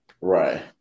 Right